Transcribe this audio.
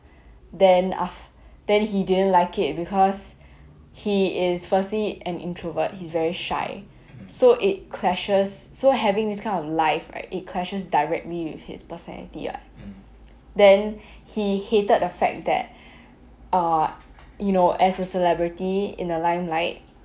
then af~ that he didn't like it because he is firstly an introvert he's very shy so it clashes so having this kind of life right it clashes directly with his personality ah then he hated the fact that err you know as a celebrity in the limelight